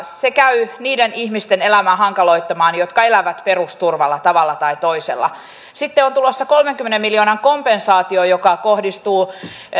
se käy hankaloittamaan niiden ihmisten elämää jotka elävät perusturvalla tavalla tai toisella sitten on on tulossa kolmenkymmenen miljoonan kompensaatio joka kohdistuu